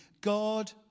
God